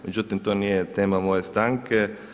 Međutim to nije tema moje stanke.